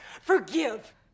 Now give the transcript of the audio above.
forgive